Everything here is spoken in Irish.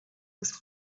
agus